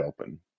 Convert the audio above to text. open